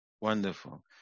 Wonderful